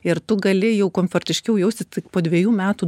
ir tu gali jau komfortiškiau jaustis tik po dvejų metų